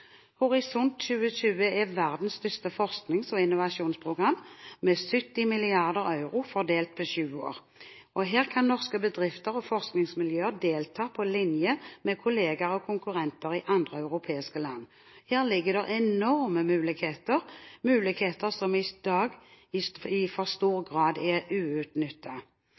Horisont 2020 er verdens største forsknings- og innovasjonsprogram, med 70 mrd. euro fordelt på sju år, og her kan norske bedrifter og forskningsmiljøer delta på linje med kolleger og konkurrenter i andre europeiske land. Her ligger det enorme muligheter – muligheter som i dag i for stor grad er uutnyttet.